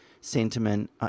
sentiment